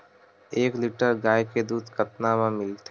एक लीटर गाय के दुध कतका म मिलथे?